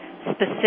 specific